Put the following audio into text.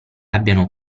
abbiano